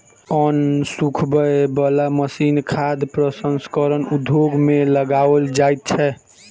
अन्न सुखबय बला मशीन खाद्य प्रसंस्करण उद्योग मे लगाओल जाइत छै